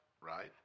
right